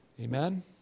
Amen